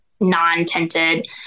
non-tinted